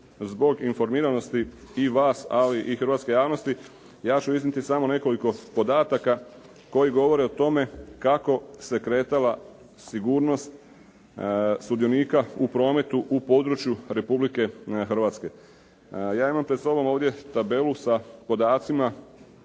zbog informiranosti i vas ali i hrvatske javnosti ja ću iznijeti samo nekoliko podataka koji govore o tome kako se kretala sigurnost sudionika u prometu u području Republike Hrvatske. Ja imam pred sobom ovdje tabelu sa podacima